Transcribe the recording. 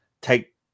take